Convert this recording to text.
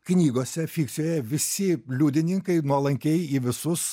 knygose fikcijoje visi liudininkai nuolankiai į visus